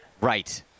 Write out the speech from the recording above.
Right